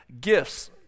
Gifts